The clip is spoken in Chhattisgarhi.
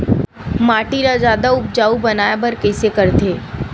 माटी ला जादा उपजाऊ बनाय बर कइसे करथे?